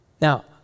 Now